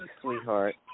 sweetheart